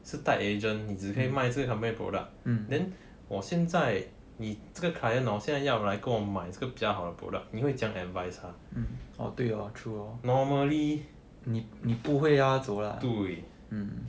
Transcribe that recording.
是 tied agent 你只可以卖这个 company 的 product then 我现在在你这个 client 现在要来跟我买比较好的 product 你会怎样 advise 他 normally 对